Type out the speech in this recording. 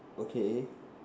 okay